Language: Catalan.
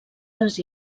les